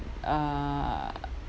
uh